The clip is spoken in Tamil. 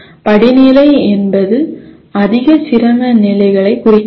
படிநிலை என்பது அதிக சிரம நிலைகளைக் குறிக்காது